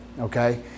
okay